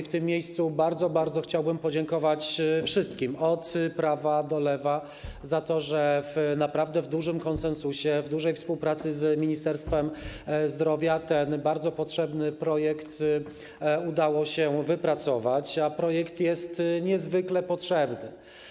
W tym miejscu bardzo, bardzo chciałbym podziękować wszystkim - od prawa do lewa - za to, że w naprawdę w dużym konsensusie, w dużej współpracy z Ministerstwem Zdrowia ten bardzo potrzebny projekt udało się wypracować, a projekt jest niezwykle potrzebny.